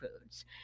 foods